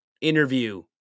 interview